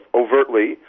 overtly